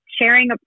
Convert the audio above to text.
sharing